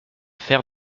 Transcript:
faire